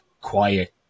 quiet